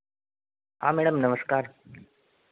हाँ मैडम नमस्कार